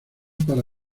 para